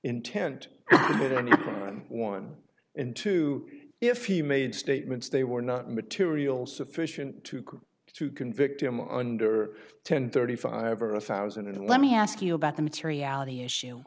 commit any one into if he made statements they were not material sufficient to go to convict him under ten thirty five or a thousand and let me ask you about the materiality issue